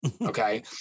Okay